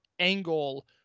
Angle